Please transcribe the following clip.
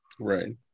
Right